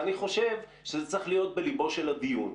ואני חושב שזה צריך להיות בליבו של הדיון.